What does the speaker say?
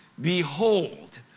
Behold